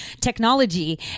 Technology